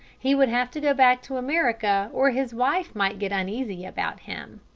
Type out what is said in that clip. he would have to go back to america or his wife might get uneasy about him.